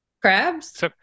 crabs